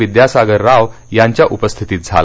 विद्यासागर राव यांच्या उपस्थितीत झाला